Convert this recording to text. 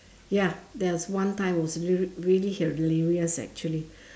ya there's one time was re~ really hilarious actually